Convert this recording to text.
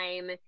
time